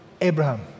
Abraham